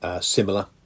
similar